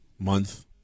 month